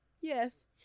Yes